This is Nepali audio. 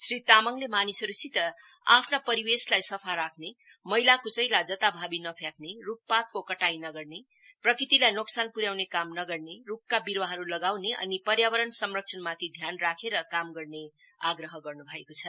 श्री तामाङले मानिसहरुसित आफ्ना परिवेशलाई सफा राख्ने मैला कुचैला जताभावी नफ्याँक्रे रुखपातको कटाई नगर्ने र प्रकृतिलाई नोकसान पुर्याउने काम नगर्ने रुखका विरुवाहरु लगाउने अनि पर्यावरण संरक्षणमाथि ध्यान राखेर काम गर्ने आग्रह गर्नु भएको छ